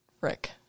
Rick